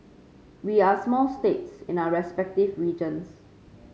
we are small states in our respective regions